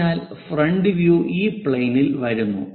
അതിനാൽ front view ഈ പ്ലെയിനിൽ വരുന്നു